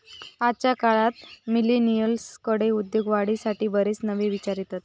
आजच्या काळात मिलेनियल्सकडे उद्योगवाढीसाठी बरेच नवे विचार येतत